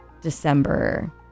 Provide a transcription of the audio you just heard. December